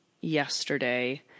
yesterday